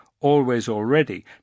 always-already